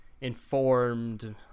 informed